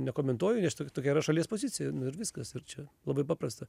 nekomentuoju nes tokia yra šalies pozicija ir viskas čia labai paprasta